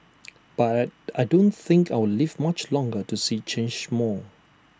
but I I don't think I'll live much longer to see IT change more